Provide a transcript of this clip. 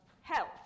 health